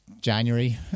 January